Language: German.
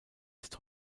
ist